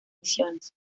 misiones